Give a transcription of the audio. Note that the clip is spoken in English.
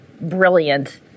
brilliant